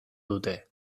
dute